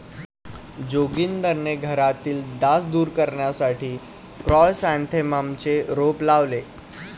जोगिंदरने घरातील डास दूर करण्यासाठी क्रायसॅन्थेममचे रोप लावले